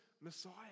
Messiah